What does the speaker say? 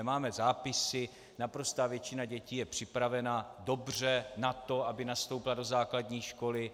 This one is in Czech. Máme zápisy, naprostá většina dětí je připravena dobře na to, aby nastoupila do základní školy.